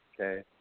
Okay